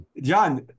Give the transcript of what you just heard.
john